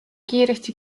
kiiresti